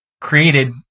created